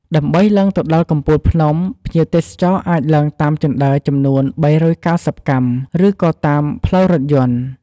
ដើម្បីឡើងទៅដល់កំពូលភ្នំ ភ្ញៀវទេសចរអាចឡើងតាមជណ្ដើរចំនួន ៣៩០ កាំ ឬក៏តាមផ្លូវរថយន្ត។